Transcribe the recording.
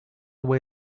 away